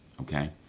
okay